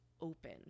open